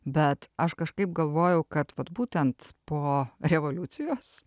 bet aš kažkaip galvojau kad vat būtent po revoliucijos